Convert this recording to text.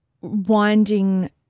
winding –